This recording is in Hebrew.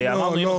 לא.